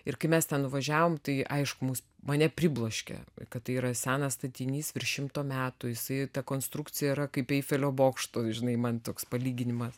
ir kai mes ten nuvažiavom tai aišku mus mane pribloškė kad tai yra senas statinys virš šimto metų jisai ta konstrukcija yra kaip eifelio bokšto žinai man toks palyginimas